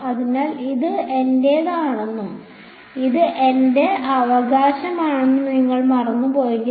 അതിനാൽ ഇത് എന്റേതാണെന്നും ഇത് എന്റെ അവകാശമാണെന്നും നിങ്ങൾ മറന്നുപോയെങ്കിൽ